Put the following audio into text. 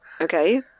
Okay